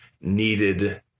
needed